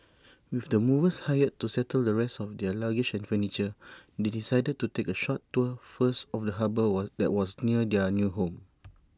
with the movers hired to settle the rest of their luggage and furniture they decided to take A short tour first of the harbour was that was near their new home